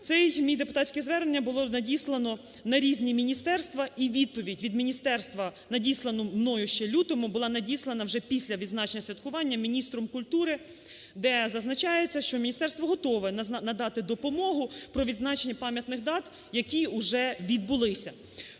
Це моє депутатське звернення було надіслано на різні міністерства і відповідь від міністерства, надіслану мною ще в лютому, була надіслана вже після відзначення святкування міністром культури, де зазначається, що Міністерство готове надати допомогу про відзначення пам'ятних дат, які уже відбулися.